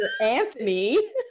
Anthony